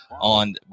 on